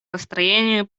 построению